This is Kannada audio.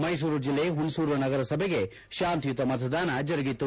ಮೈಸೂರು ಜಿಲ್ಲೆ ಹುಣಸೂರು ನಗರಸಭೆಗೆ ಶಾಂತಿಯುತ ಮತದಾನದ ನಡೆಯಿತು